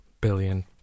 billion